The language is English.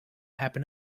happen